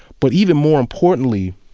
but even more importantly,